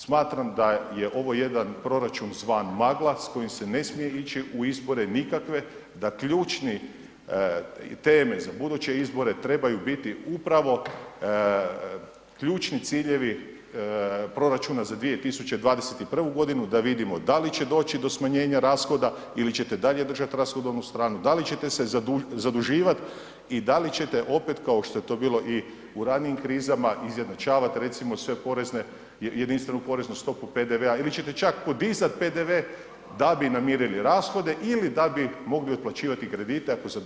Smatram da je ovo jedan proračun zvan magla s kojim se ne smije ići u izbore nikakve, da ključni temelj za buduće izbore trebaju biti upravo ključni ciljevi proračuna za 2021. godini da vidimo da li će doći do smanjenja rashoda ili ćete dalje držat rashodovnu stranu, da li ćete se zaduživati i da li ćete opet kao što je to bilo i u ranijim krizama izjednačavat recimo sve porezne, jedinstvenu poreznu stopu PDV-a ili ćete čak podizat PDV da bi namirili rashode ili da bi mogli otplaćivati kredite ako zadržite ovaj nivo rashoda.